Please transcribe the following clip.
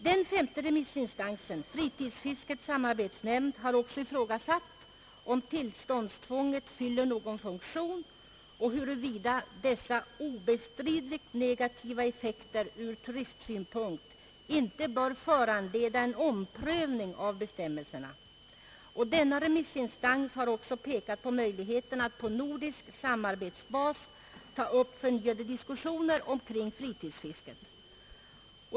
Den femte remissinstansen — Fritidsfiskets samarbetsnämnd — har också ifrågasatt om tillståndstvånget fyller någon funktion och huruvida dessa obestridligt negativa effekter ur turistsynpunkt inte bör föranleda en omprövning av bestämmelserna. Denna remissinstans har också pekat på möjligheten att på nordisk samarbetsbasis ta upp förnyade diskussioner omkring fritidsfisket.